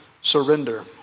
surrender